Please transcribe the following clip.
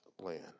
land